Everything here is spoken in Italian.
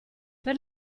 per